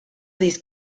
these